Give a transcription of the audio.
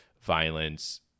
violence